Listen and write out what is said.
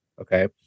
Okay